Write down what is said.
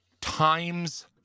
times